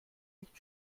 nicht